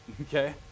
okay